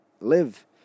live